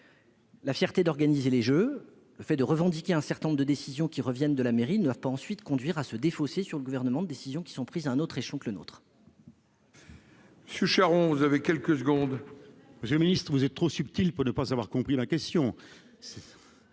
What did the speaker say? la fierté d'organiser ces jeux et le fait de revendiquer un certain nombre de décisions qui relèvent de la mairie ne doivent pas conduire à se défausser sur le Gouvernement de décisions qui sont prises à un autre échelon que le nôtre. La parole est à M. Pierre Charon, pour la réplique. Monsieur le ministre, vous êtes trop subtil pour ne pas avoir compris ma question